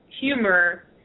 humor